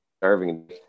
starving